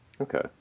Okay